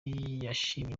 yashimye